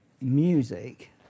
music